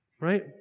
right